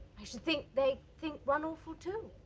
i should think they think one awful too.